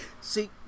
See